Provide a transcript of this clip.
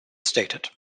stated